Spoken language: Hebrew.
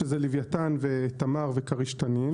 שזה לוויתן ותמר וכריש-תנין.